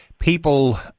people